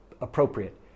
appropriate